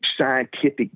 scientific